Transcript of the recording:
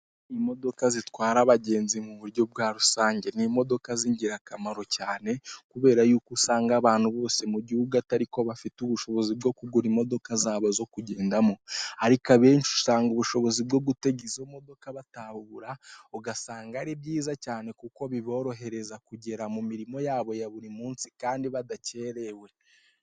Imodoka zitwara abagenzi mu buryo bwa rusange, ni imodoka z'ingira kamaro cyane, kubera yuko usanga abantu bose mu gihugu atariko bafite ubushobozi bwo kugura imodoka zabo zo kugendamo ariko abenshi usanga ubushobozi bwo gutega izo modoka batabubura, ugasanga ari byiza cyane kuko biborohereza kugera mu mirimo yabo ya buri munsi kandi badakerewe.